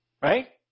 right